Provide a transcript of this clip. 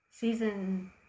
season